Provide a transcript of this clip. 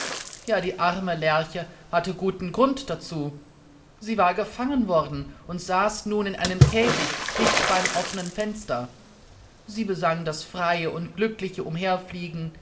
ja die arme lerche hatte guten grund dazu sie war gefangen worden und saß nun in einem käfig dicht beim offenen fenster sie besang das freie und glückliche